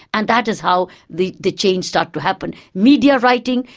and that is how the the change started to happen. media writing,